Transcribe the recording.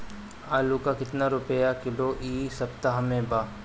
आलू का कितना रुपया किलो इह सपतह में बा?